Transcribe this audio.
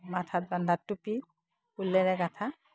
মাথাত বান্ধাৰ টুপি ঊলেৰে গোঁঠা